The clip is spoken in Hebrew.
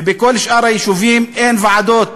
ובכל שאר היישובים אין ועדות,